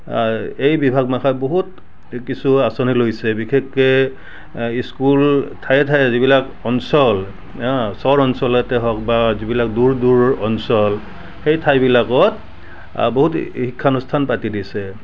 এই বিভাগমখাই বহুত কিছু আঁচনি লৈছে বিশেষকৈ স্কুল ঠায়ে ঠায়ে যিবিলাক অঞ্চল অঁ চৰ অঞ্চলতেই হওক বা যিবিলাক দূৰ দূৰ অঞ্চল সেই ঠাইবিলাকত বহুত আ শিক্ষানুষ্ঠান পাতি দিছে